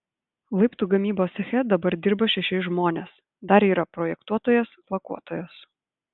laiptų gamybos ceche dabar dirba šeši žmonės dar yra projektuotojas lakuotojas